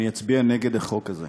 אני אצביע נגד החוק הזה.